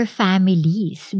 families